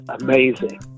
amazing